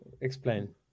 explain